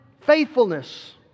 faithfulness